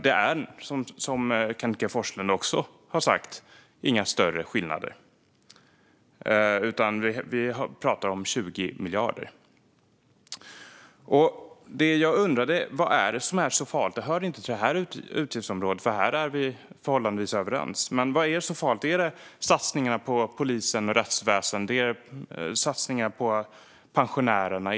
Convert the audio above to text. Som även Kenneth G Forslund har sagt är det inga större skillnader, utan vi pratar om 20 miljarder. Det jag undrade över, alltså vad som är så farligt, hörde inte till det här utgiftsområdet, för här är vi förhållandevis överens. Men vad är det som är så farligt - är det satsningarna på polisen och rättsväsen? Är det satsningarna på pensionärerna?